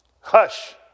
hush